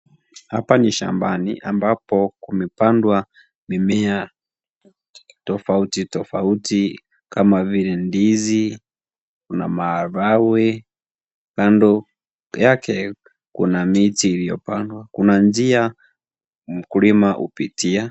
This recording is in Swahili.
Hapa ni shambani ambapo kumepandwa mimea tofauti tofauti kama vile ndizi na maharagwe, kando yake kuna miche iliyopandwa, kuna njia mkulima hupitia.